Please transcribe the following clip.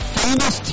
famous